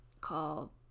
call